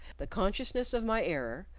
the consciousness of my error,